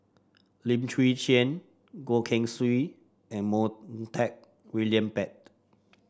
Lim Chwee Chian Goh Keng Swee and Montague William Pett